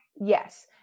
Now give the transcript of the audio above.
Yes